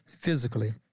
physically